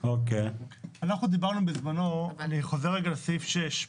אנחנו דיברנו בזמנו, אני חוזר רגע לסעיף 6,